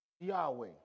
Yahweh